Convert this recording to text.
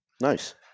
Nice